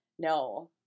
No